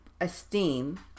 esteem